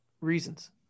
reasons